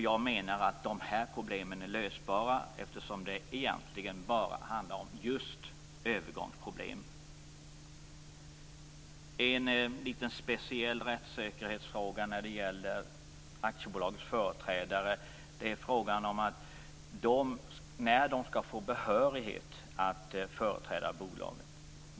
Jag menar att de problemen är lösbara eftersom det egentligen bara handlar om just övergångsproblem. En litet speciell rättssäkerhetsfråga när det gäller aktiebolagets företrädare är frågan om när de skall få behörighet att företräda bolaget.